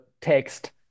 text